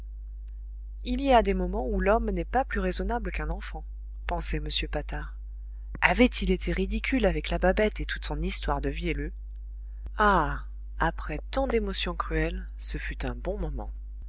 il y a des moments où l'homme n'est pas plus raisonnable qu'un enfant pensait m patard avait-il été ridicule avec la babette et toute son histoire de vielleux ah après tant d'émotions cruelles ce fut un bon moment